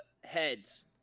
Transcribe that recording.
heads